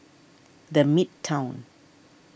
the Midtown